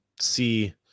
see